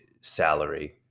salary